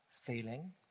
feeling